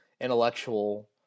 intellectual